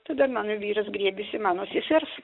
tada mano vyras griebėsi mano sesers